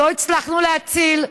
לא הצלחנו להציל.